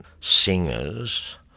singers